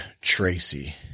Tracy